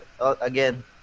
again